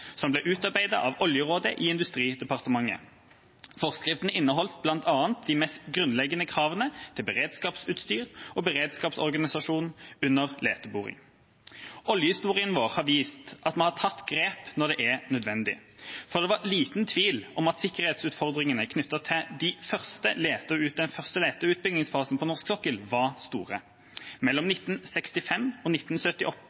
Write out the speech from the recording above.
som ble utarbeidet av oljerådet i Industridepartementet. Forskriften inneholdt bl.a. de mest grunnleggende kravene til beredskapsutstyr og beredskapsorganisasjon under leteboring. Oljehistorien vår har vist at vi har tatt grep når det er nødvendig, for det var liten tvil om at sikkerhetsutfordringene knyttet til den første lete- og utbyggingsfasen på norsk sokkel var store. Mellom